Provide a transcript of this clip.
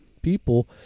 people